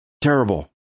Terrible